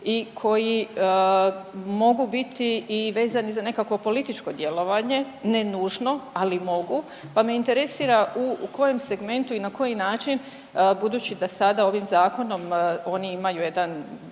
i koji mogu biti i vezani za nekakvo političko djelovanje, ne nužno, ali mogu, pa me interesira u kojem segmentu i na koji način, budući da sada, ovim Zakonom, oni imaju jedan